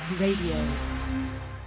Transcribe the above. Radio